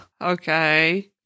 Okay